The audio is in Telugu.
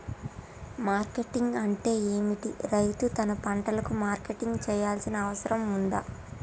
మార్కెటింగ్ అంటే ఏమిటి? రైతు తన పంటలకు మార్కెటింగ్ చేయాల్సిన అవసరం ఉందా?